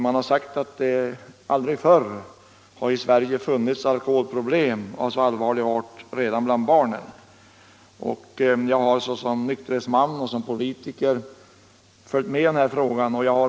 Det har sagts att det aldrig tidigare i Sverige har funnits alkoholproblem av så allvarlig art redan bland barnen. Jag har som nykterhetsman och politiker följt denna fråga.